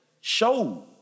show